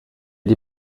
die